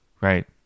Right